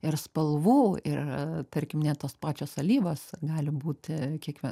ir spalvų ir tarkim net tos pačios alyvos gali būti kiekvie